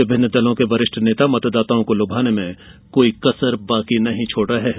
विभिन्न दलों के वरिष्ठ नेता मतदाताओं को लुभाने में कोई कसर नहीं छोड़ रहे हैं